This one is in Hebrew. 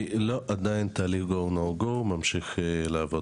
לא, עדיין תהליך "go/no go" ממשיך לעבוד.